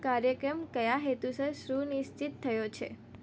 કાર્યક્રમ ક્યા હેતુસર સુનિશ્ચિત થયો છે